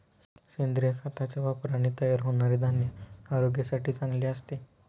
सेंद्रिय खताच्या वापराने तयार होणारे धान्य आरोग्यासाठी चांगले असते